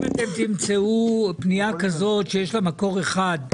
אם אתם תמצאו פנייה כזאת שיש לה מקור אחד,